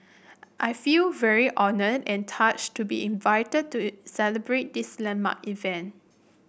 I feel very honoured and touched to be invited to celebrate this landmark event